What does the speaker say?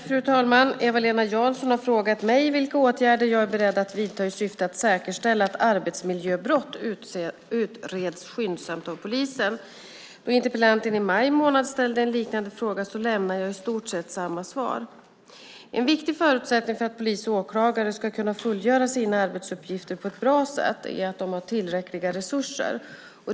Fru talman! Eva-Lena Jansson har frågat mig vilka åtgärder jag är beredd att vidta i syfte att säkerställa att arbetsmiljöbrott utreds skyndsamt av polisen. Då interpellanten i maj månad ställde en liknande fråga lämnar jag i stort sett samma svar. En viktig förutsättning för att polis och åklagare ska kunna fullgöra sina arbetsuppgifter på ett bra sätt är att de har tillräckliga resurser.